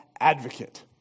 advocate